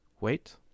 wait